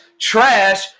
trash